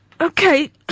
Okay